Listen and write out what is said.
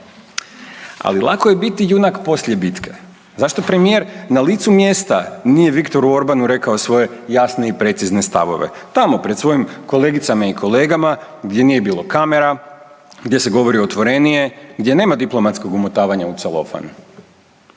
ali lako je biti junak poslije bitke. Zašto premijer na licu mjesta nije Viktoru Orbanu rekao svoje jasne i precizne stavove? Tamo pred svojim kolegicama i kolegama gdje nije bilo kamera, gdje se govori otvorenije, gdje nema diplomatskog umotavanja u celofan